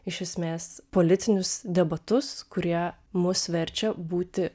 iš esmės politinius debatus kurie mus verčia būti